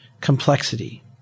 complexity